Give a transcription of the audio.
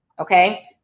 Okay